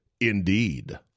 indeed